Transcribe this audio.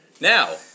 Now